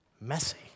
messy